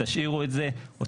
תשאירו את זה.